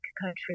country